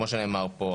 כמו שנאמר פה.